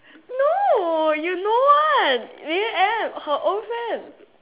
no you know one leader M her old friend